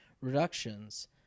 reductions